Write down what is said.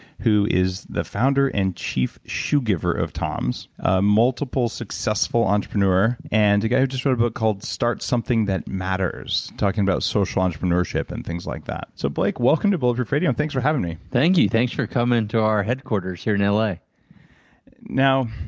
who is the founder and chief shoe giver of toms, a multiple successful entrepreneur, and a guy who just wrote a book called start something that matters, talking about social entrepreneurship and things like that. so blake, welcome to bulletproof radio and thanks for having me. thank you. thanks for coming in to our headquarters here in l a.